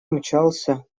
мчался